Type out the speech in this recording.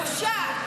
פושעת.